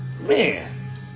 man